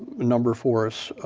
number for us,